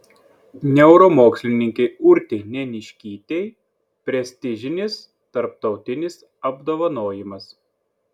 neuromokslininkei urtei neniškytei prestižinis tarptautinis apdovanojimas